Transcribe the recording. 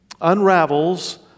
unravels